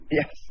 yes